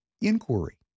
inquiry